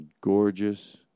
gorgeous